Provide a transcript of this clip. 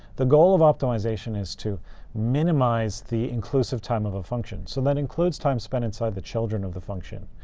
the goal of optimization is to minimize the inclusive time of a function. so that includes time spent inside the children of the function,